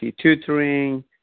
tutoring